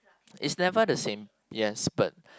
it's never the same yes but